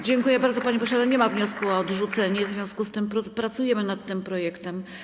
Dziękuję bardzo, panie pośle, ale nie ma wniosku o odrzucenie, w związku z tym pracujemy nad tym projektem.